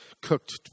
cooked